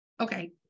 okay